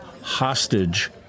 hostage